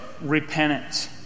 repentance